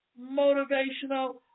motivational